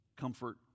comfort